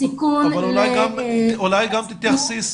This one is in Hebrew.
הסיכון ל --- אולי גם תתייחסי,